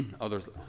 others